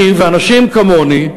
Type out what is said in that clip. אני ואנשים כמוני,